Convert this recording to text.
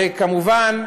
וכמובן,